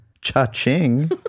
Cha-ching